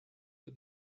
but